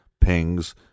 pings